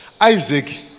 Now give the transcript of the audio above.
Isaac